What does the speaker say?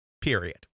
Period